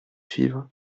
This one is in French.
suivre